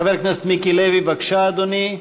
חבר הכנסת מיקי לוי, בבקשה, אדוני,